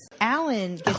alan